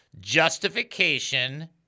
Justification